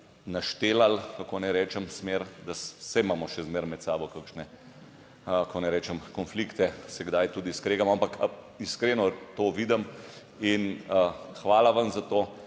naštevali kako naj rečem smer, saj imamo še zmeraj med sabo kakšne kako naj rečem konflikte, se kdaj tudi skregamo, ampak iskreno to vidim in hvala vam za to,